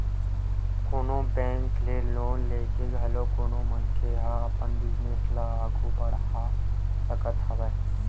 कोनो बेंक ले लोन लेके घलो कोनो मनखे ह अपन बिजनेस ल आघू बड़हा सकत हवय